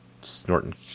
snorting